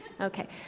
Okay